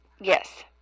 Yes